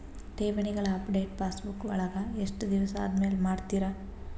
ಠೇವಣಿಗಳ update passbook ವಳಗ ಎಷ್ಟ ದಿವಸ ಆದಮೇಲೆ ಮಾಡ್ತಿರ್?